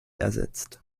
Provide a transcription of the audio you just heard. ersetzt